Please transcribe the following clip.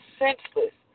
senseless